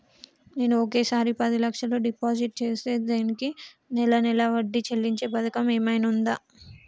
నేను ఒకేసారి పది లక్షలు డిపాజిట్ చేస్తా దీనికి నెల నెల వడ్డీ చెల్లించే పథకం ఏమైనుందా?